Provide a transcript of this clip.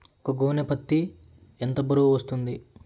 ఒక గోనె పత్తి ఎంత బరువు వస్తుంది?